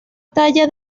talla